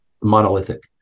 monolithic